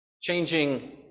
changing